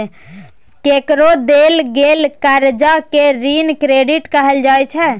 केकरो देल गेल करजा केँ ऋण क्रेडिट कहल जाइ छै